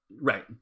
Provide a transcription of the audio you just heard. Right